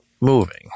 moving